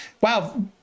wow